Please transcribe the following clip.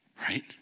Right